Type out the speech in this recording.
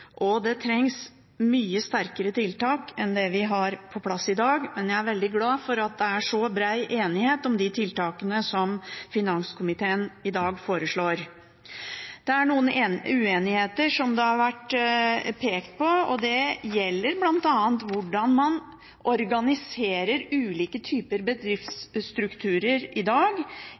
og det trengs mye sterkere tiltak enn dem vi har på plass i dag, men jeg er veldig glad for at det er så bred enighet om de tiltakene som finanskomiteen i dag foreslår. Det er noen uenigheter, som det har vært pekt på, og det gjelder bl.a. hvordan man organiserer ulike typer bedriftsstrukturer i dag